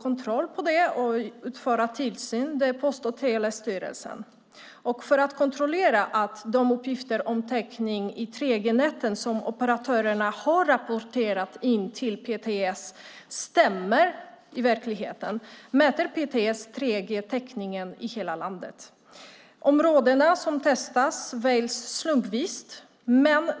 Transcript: kontrollen av det och utövar tillsyn är Post och telestyrelsen. Och för att kontrollera att de uppgifter om täckning i 3G-näten som operatörerna har rapporterat in till PTS stämmer i verkligheten mäter PTS 3G-täckningen i hela landet. De områden som testas väljs ut slumpvis.